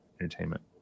Entertainment